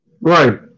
Right